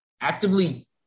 actively